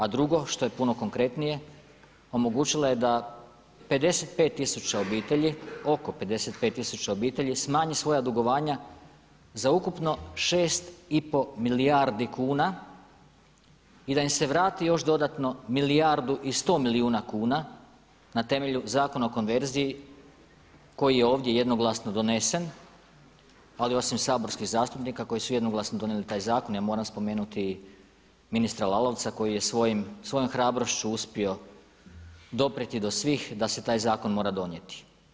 A drugo, što je puno konkretnije, omogućila je da 55 tisuća obitelji, oko 55 tisuća obitelji smanji svoja dugovanja za ukupno 6,5 milijardi kuna i da im se vrati još dodatno milijardu i 100 milijuna kuna na temelju Zakona o konverziji koji je ovdje jednoglasno donesen, ali osim saborskih zastupnika koji su jednoglasno donijeli taj zakon, ja moram spomenuti i ministra Lalovca koji je svojom hrabrošću uspio doprijeti do svih da se taj zakon mora donijeti.